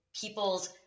people's